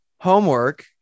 homework